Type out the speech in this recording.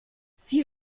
sie